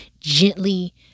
gently